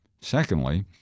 Secondly